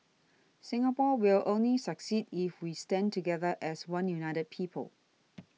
Singapore will only succeed if we stand together as one united people